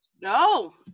No